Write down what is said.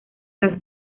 las